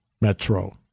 Metro